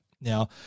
Now